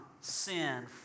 sin